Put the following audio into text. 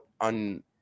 on